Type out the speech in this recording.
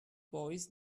boys